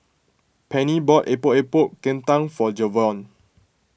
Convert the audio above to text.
Penni bought Epok Epok Kentang for Javion